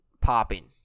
popping